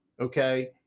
Okay